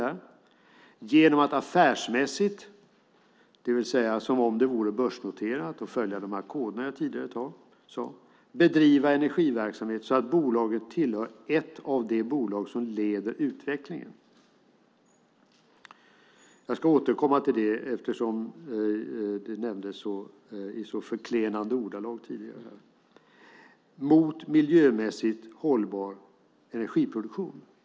Det ska vara affärsmässigt, det vill säga som om det vore börsnoterat, och följa de koder jag tidigare talat om, bedriva energiverksamhet så att bolaget tillhör ett av de bolag som leder utvecklingen - jag ska återkomma till detta eftersom det nämndes i så förklenande ordalag tidigare - samt arbeta med miljömässigt hållbar energiproduktion.